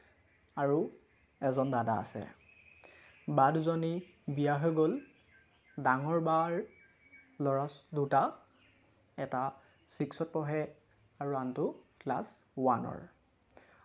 আৰু এজন দাদা আছে বা দুজনী বিয়া হৈ গ'ল ডাঙৰ বাৰ ল'ৰা দুটা এটা ছিক্সত পঢ়ে আৰু আনটো ক্লাছ ওৱানৰ